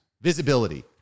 visibility